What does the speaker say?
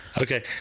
Okay